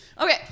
Okay